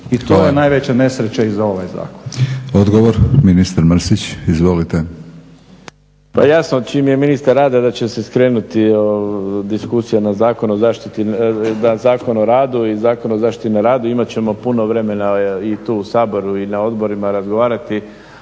Milorad (HNS)** Hvala. Odgovor, ministar Mrsić. Izvolite. **Mrsić, Mirando (SDP)** Pa jasno, čim je ministar rada da će se skrenuti diskusija na Zakon o radu i Zakon o zaštiti na radu. Imat ćemo puno vremena i tu u Saboru i na odborima razgovarati